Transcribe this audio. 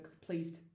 Please